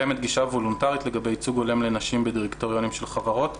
קיימת גישה וולונטרית לגבי ייצוג הולם לנשים בדירקטוריונים של חברות.